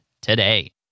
today